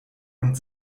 und